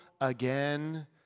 Again